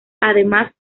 además